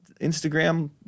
Instagram